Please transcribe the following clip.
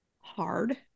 hard